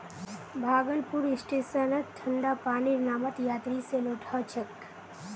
भागलपुर स्टेशनत ठंडा पानीर नामत यात्रि स लूट ह छेक